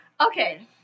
Okay